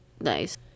nice